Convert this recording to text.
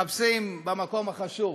מחפשים במקום החשוך.